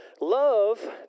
love